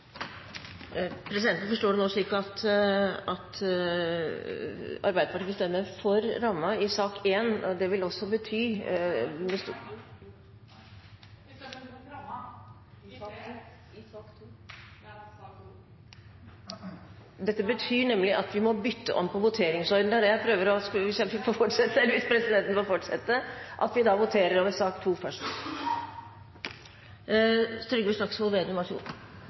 Presidenten forstår det nå slik at Arbeiderpartiet vil stemme for rammen i sak nr. 1. Det vil også bety … Vi stemmer imot rammen i sak nr. 2. Dette betyr at vi må bytte om på voteringsordenen – det er det presidenten prøver å si, hvis presidenten får fortsette – og at vi da voterer over sak nr. 2 først.